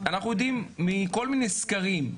אנחנו יודעים מכל מיני סקרים,